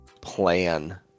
plan